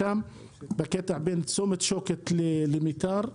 בקטע שבין צומת שוקת לבין מיתר.